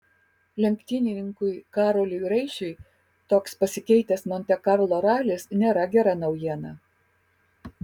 lenktynininkui karoliui raišiui toks pasikeitęs monte karlo ralis nėra gera naujiena